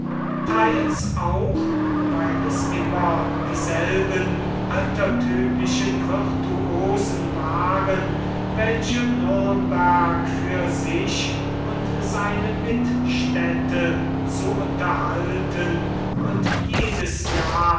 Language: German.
teils auch weil es immer dieselben altertümlichen virtuosen waren welche nürnberg für sich und seine mitstädte zu unterhalten und jedes jahr